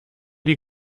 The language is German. die